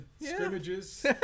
Scrimmages